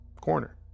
corner